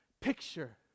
picture